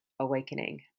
awakening